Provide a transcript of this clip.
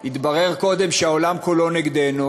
התברר קודם שהעולם כולו נגדנו,